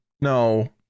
no